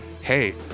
Hey